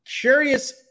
Curious